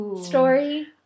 story